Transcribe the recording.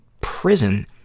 prison